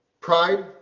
Pride